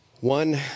one